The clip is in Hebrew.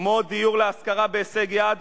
כמו דיור להשכרה בהישג יד,